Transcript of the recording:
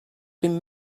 been